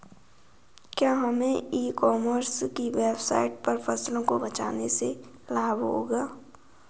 क्या हमें e commerce की वेबसाइट पर फसलों को बेचने से लाभ होगा?